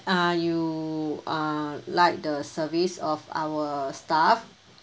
uh you uh like the service of our staff